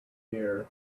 beer